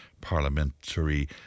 parliamentary